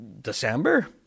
December